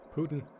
Putin